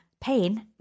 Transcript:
pain